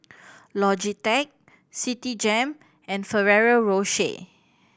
Logitech Citigem and Ferrero Rocher